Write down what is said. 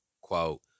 Quote